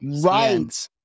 Right